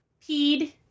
Peed